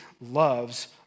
loves